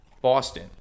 boston